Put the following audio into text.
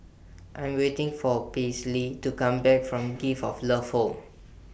I'm waiting For Paisley to Come Back from Gift of Love Home